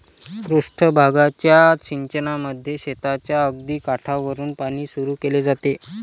पृष्ठ भागाच्या सिंचनामध्ये शेताच्या अगदी काठावरुन पाणी सुरू केले जाते